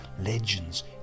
legends